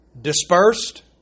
dispersed